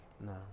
No